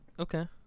Okay